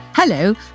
Hello